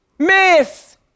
Miss